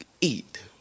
eat